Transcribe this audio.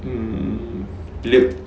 hmm liv~